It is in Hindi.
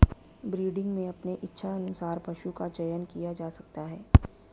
ब्रीडिंग में अपने इच्छा अनुसार पशु का चयन किया जा सकता है